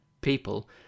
people